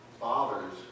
fathers